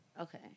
Okay